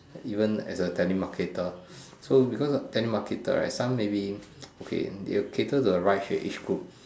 even as a telemarketer so because telemarketer right some maybe okay they'll cater the right age for each group